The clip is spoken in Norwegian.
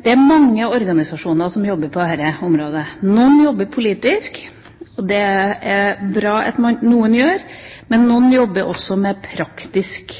Det er mange organisasjoner som jobber på dette området. Noen jobber politisk – og det er bra at noen gjør det – men noen jobber også med praktisk